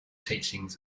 teachings